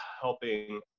helping